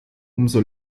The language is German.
umso